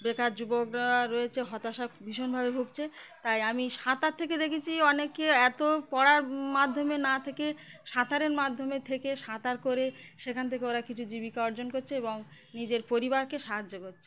বেকার যুবকরা রয়েছে হতাশায় ভীষণভাবে ভুগছে তাই আমি সাঁতার থেকে দেখেছি অনেককে এত পড়ার মাধ্যমে না থেকে সাঁতারের মাধ্যমে থেকে সাঁতার করে সেখান থেকে ওরা কিছু জীবিকা অর্জন করছে এবং নিজের পরিবারকে সাহায্য করছে